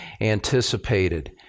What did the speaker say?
anticipated